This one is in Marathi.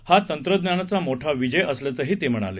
हा तंत्रज्ञानाचा मोठा विजय असल्याचं ते म्हणाले